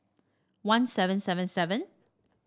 one seven seven seven